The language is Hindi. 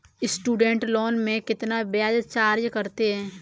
स्टूडेंट लोन में कितना ब्याज चार्ज करते हैं?